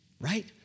right